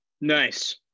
Nice